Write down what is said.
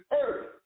earth